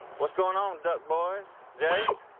what's going on, duck boys? jase?